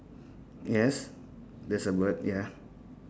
yes there's a bird ya